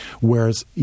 whereas